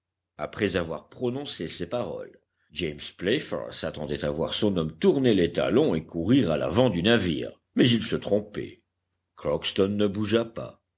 après avoir prononcé ces paroles james playfair s'attendait à voir son homme tourner les talons et courir à l'avant du navire mais il se trompait crockston ne bougea pas